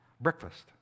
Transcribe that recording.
Breakfast